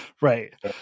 Right